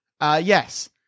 Yes